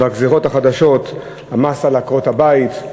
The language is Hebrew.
בגזירות החדשות: המס על עקרות-הבית,